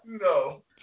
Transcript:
No